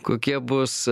kokie bus